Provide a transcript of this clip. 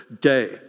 day